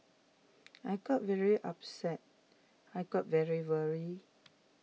I got very upset I got very worried